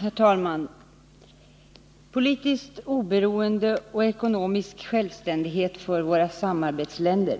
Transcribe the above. Herr talman! Politiskt oberoende och ekonomisk självständighet för våra samarbetsländer